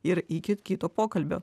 ir iki kito pokalbio